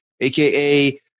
aka